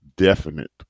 definite